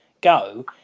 go